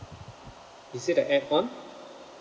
is it a add on